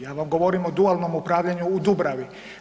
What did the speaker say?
Ja vam govorim o dualnom upravljanju u Dubravi.